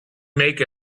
make